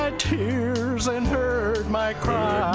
ah tears and heard my cry